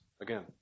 Again